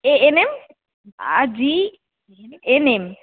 ANM আর জি NM